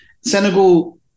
Senegal